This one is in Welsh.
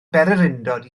bererindod